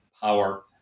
power